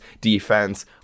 defense